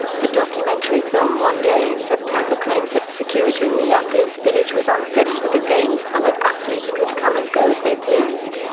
the documentary film one day in september claims that security in the athletes' village was unfit for the games and that athletes could come and go as they pleased.